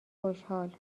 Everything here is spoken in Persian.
خوشحال